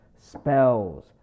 spells